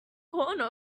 corner